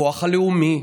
הכוח הלאומי,